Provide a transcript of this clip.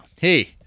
Hey